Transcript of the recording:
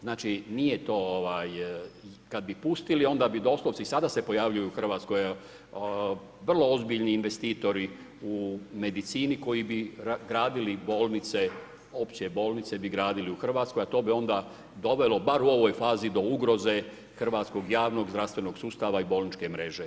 Znači, nije to kad bi pustili i sada se pojavljuju u Hrvatskoj vrlo ozbiljni investitori u medicini koji bi gradili bolnice, opće bolnice bi gradili u Hrvatskoj, a to bi onda dovelo bar u ovoj fazi do ugroze hrvatskog javnog zdravstvenog sustava i bolničke mreže.